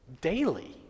daily